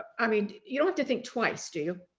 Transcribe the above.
i mean, you don't have to think twice, do you?